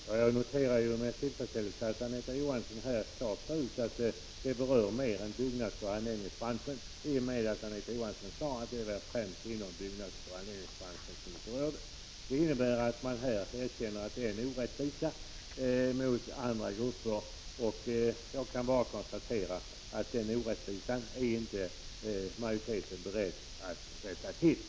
Fru talman! Jag noterar med tillfredsställelse att Anita Johansson klart framhöll att det också rör sig om andra än dem som arbetar inom byggnadsoch anläggningsbranschen. Hon sade nämligen att det är främst de som arbetar inom byggnadsoch anläggningsbranschen som berörs. Här erkänns alltså att det är fråga om en orättvisa mot andra grupper. Jag konstaterar bara att utskottsmajoriteten inte är beredd att eliminera den orättvisan.